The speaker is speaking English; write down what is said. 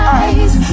eyes